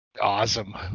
Awesome